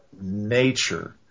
nature